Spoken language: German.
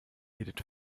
edith